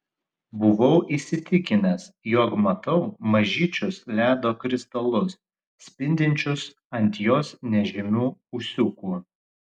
buvau įsitikinęs jog matau mažyčius ledo kristalus spindinčius ant jos nežymių ūsiukų